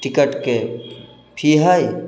टिकटके फी हइ